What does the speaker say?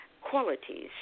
qualities